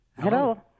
Hello